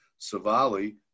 Savali